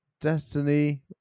Destiny